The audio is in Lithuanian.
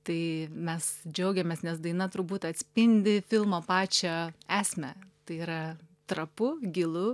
tai mes džiaugiamės nes daina turbūt atspindi filmo pačią esmę tai yra trapu gilu